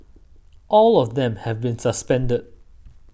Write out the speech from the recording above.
all of them have been suspended